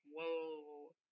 whoa